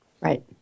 Right